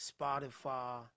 Spotify